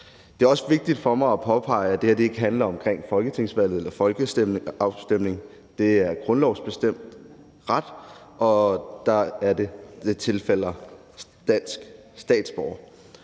Det er også vigtigt for mig at påpege, at det her ikke handler om folketingsvalg eller folkeafstemninger. Det er en grundlovsbestemt ret, og der er det sådan, at det